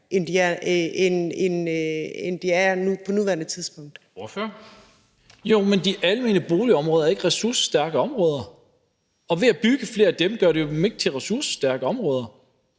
Kl. 18:08 Lars Boje Mathiesen (NB): Jo, men de almene boligområder er ikke ressourcestærke områder, og ved at bygge flere af dem gør man dem jo ikke til ressourcestærke områder.